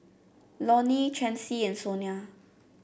Lonny Chancey and Sonia